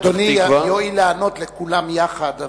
אדוני יואיל לענות לכולם יחד.